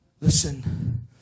Listen